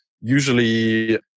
usually